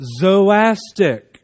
Zoastic